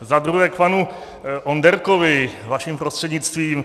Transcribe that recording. Zadruhé k panu Onderkovi, vaším prostřednictvím.